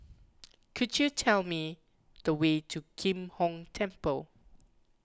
could you tell me the way to Kim Hong Temple